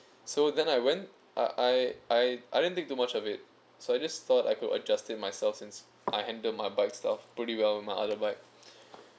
so then I went I I I didn't think too much of it so I just thought I could adjust it myself since I handle my bike's stuff pretty well with my other bike